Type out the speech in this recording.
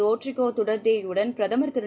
Rodrigo துடர்டேவுடன் பிரதமர் திரு